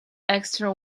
extra